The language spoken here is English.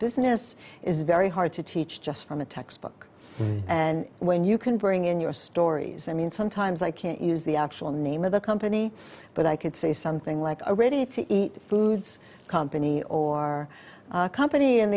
business is very hard to teach just from a textbook and when you can bring in your stories i mean sometimes i can't use the actual name of the company but i could say something like are ready to eat foods company or our company